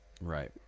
Right